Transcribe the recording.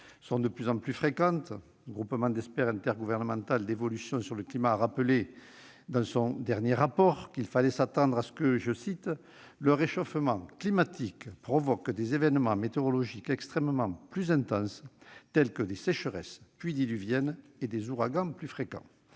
sont de plus en plus fréquentes. Le groupe d'experts intergouvernemental sur l'évolution du climat (GIEC) a rappelé, dans son dernier rapport, qu'il fallait s'attendre à ce que « le réchauffement climatique provoque des événements météorologiques extrêmes plus intenses, tels que des sécheresses, des pluies diluviennes et des ouragans plus fréquents ».